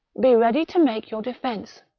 be ready to make your defence,